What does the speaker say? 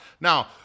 Now